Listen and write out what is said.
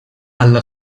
alla